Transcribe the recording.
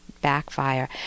backfire